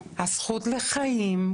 הזכות לחיים.